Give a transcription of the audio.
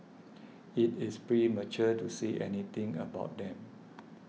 it is premature to say anything about them